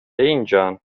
اینجان